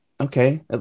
okay